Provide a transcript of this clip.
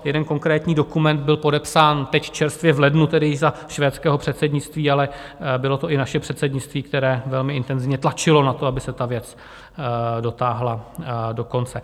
Jeden konkrétní dokument byl podepsán teď čerstvě v lednu již za švédského předsednictví, ale bylo to i naše předsednictví, které velmi intenzivně tlačilo na to, aby se ta věc dotáhla do konce.